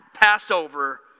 Passover